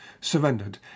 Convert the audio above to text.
surrendered